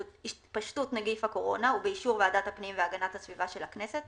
התפשטות נגיף הקורונה ובאישור ועדת הפנים והגנת הסביבה של הכנסת,